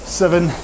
seven